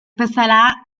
bezala